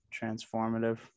transformative